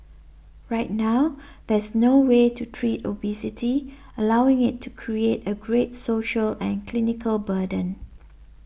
right now there's no way to treat obesity allowing it to create a great social and clinical burden